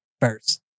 first